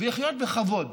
ולחיות בכבוד,